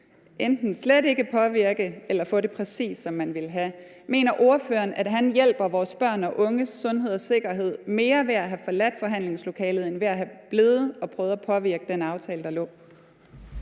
enten slet ikke at påvirke eller at få det præcist, som man ville have. Mener ordføreren, at han hjælper vores børns og unges sundhed og sikkerhed mere ved at have forladt forhandlingslokalet, end hvis han var blevet og havde prøve at påvirke den aftale, der lå?